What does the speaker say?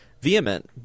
vehement